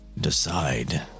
decide